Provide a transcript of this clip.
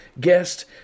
guest